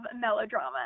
melodrama